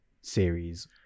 series